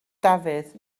dafydd